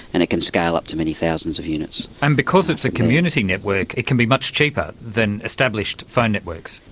and it can scale up to many thousands of units. and because it's a community network it can be much cheaper than established phone networks.